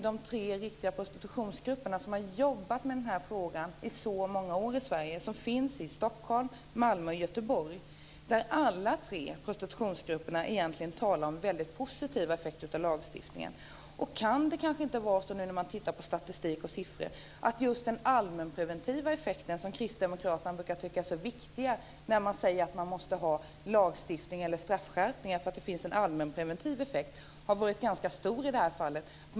De tre prostitutionsgrupper som har jobbat med den här frågan i så många år i Sverige och som finns i Stockholm, Malmö och Göteborg talar alla tre om väldigt positiva effekter av lagstiftningen. Kan det kanske inte vara så, om man tittar på statistik och siffror, att just den allmänpreventiva effekten, som kristdemokraterna brukar tycka är så viktig när man säger att man måste ha lagstiftning eller straffskärpningar därför att det har en allmänpreventiv effekt, har varit ganska stor i det här fallet.